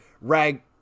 rag